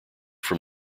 from